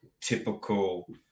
typical